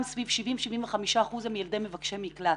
סביב 75-70 אחוזים הם ילדי מבקשי מקלט.